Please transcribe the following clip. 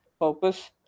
purpose